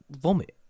Vomit